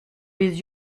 les